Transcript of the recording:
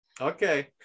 okay